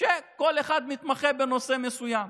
שכל אחד מתמחה בנושא מסוים: